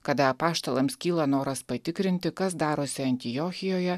kada apaštalams kyla noras patikrinti kas darosi antiochijoje